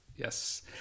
Yes